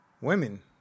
women